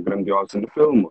grandiozinių filmų